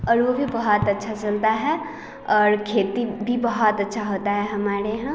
और वो भी बहुत अच्छा चलता है और खेती भी बहुत अच्छा होता है हमारे यहाँ